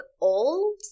old